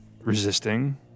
resisting—